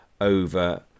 over